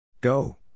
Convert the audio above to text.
Go